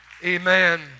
Amen